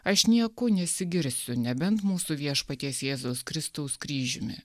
aš nieku nesigirsiu nebent mūsų viešpaties jėzaus kristaus kryžiumi